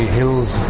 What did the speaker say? hills